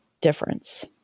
difference